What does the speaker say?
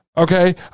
Okay